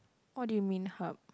what do you mean hub